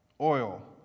oil